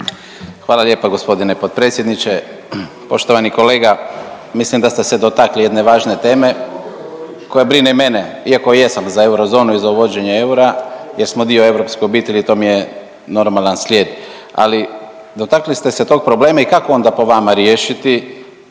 Hvala lijepa gospodine potpredsjedniče. Poštovani kolega, mislim da ste se dotakli jedne važne teme koja brine i mene iako jesam za eurozonu i za uvođenje eura jer smo dio europske obitelji i to mi je normalan slijed. Ali dotakli ste se tog problema i kako onda po vama riješiti